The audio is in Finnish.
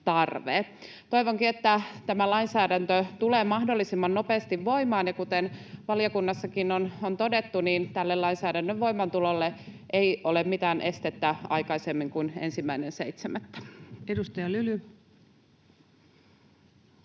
Toivonkin, että tämä lainsäädäntö tulee mahdollisimman nopeasti voimaan, ja kuten valiokunnassakin on todettu, tälle lainsäädännön voimaantulolle aikaisemmin kuin 1.7. ei ole